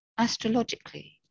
Astrologically